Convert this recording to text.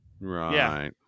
Right